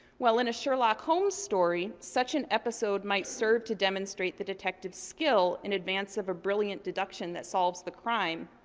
well, in a sherlock holmes story, such an episode might serve to demonstrate the detective's skill in advance of brilliant deduction that solves the crime,